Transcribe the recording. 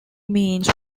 means